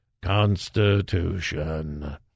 Constitution